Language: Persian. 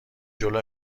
جلو